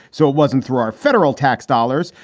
so it wasn't through our federal tax dollars.